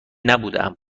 نبودهام